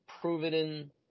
proven